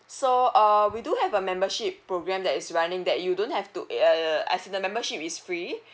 so uh we do have a membership program that is running that you don't have to uh as in the membership is free